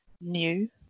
new